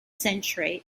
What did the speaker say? century